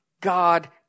God